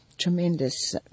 tremendous